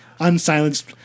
unsilenced